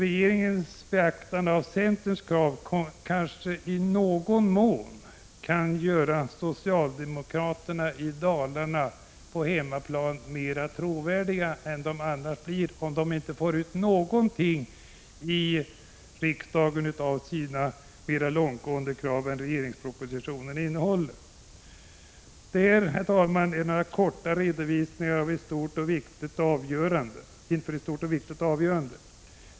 Regeringens beaktande av centerns krav kanske i någon mån kan göra socialdemokraterna i Dalarna mera trovärdiga på hemmaplan än de blir om de inte får ut någonting av sina mera långtgående krav i förhållande till vad regeringspropositionen innehåller. Detta är några korta redovisningar inför ett stort och viktigt avgörande.